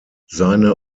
seine